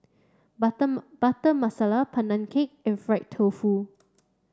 butter butter Masala Pandan cake and fried tofu